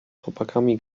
chłopakami